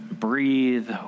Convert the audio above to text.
Breathe